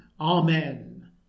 Amen